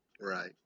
right